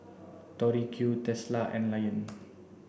Tori Q Tesla and Lion